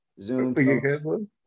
Zoom